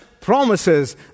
promises